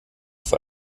für